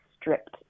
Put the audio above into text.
stripped